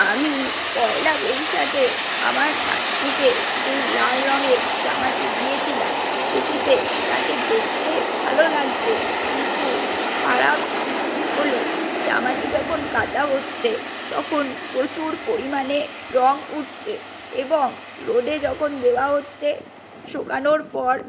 আমি পয়লা বৈশাখে আমার নাতনিকে যেই লাল রঙের জামাটি দিয়েছিলাম সেটিতে তাকে দেখতে ভালো লাগছে কিন্তু খারাপ দিকটি হলো জামাটি যখন কাচা হচ্ছে তখন প্রচুর পরিমাণে রঙ উঠছে এবং রোদে যখন দেওয়া হচ্ছে শুকানোর পর